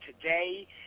today